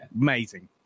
Amazing